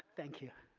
thank you.